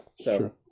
Sure